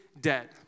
dead